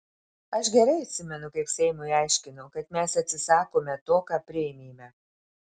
aš gerai atsimenu kaip seimui aiškinau kad mes atsisakome to ką priėmėme